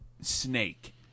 snake